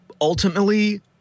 Ultimately